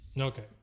Okay